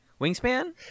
Wingspan